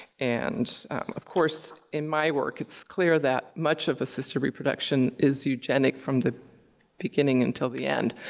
and of course, in my work it's clear that much of assisted reproduction is eugenic from the beginning until the end.